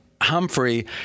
Humphrey